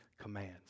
commands